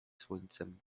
słońcem